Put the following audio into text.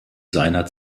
seiner